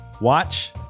Watch